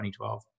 2012